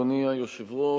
אדוני היושב-ראש,